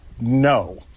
No